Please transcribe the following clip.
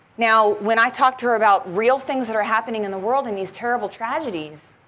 now, when i talked to her about real things that are happening in the world and these terrible tragedies,